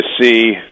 see